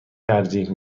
ترجیح